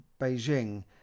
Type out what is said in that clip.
Beijing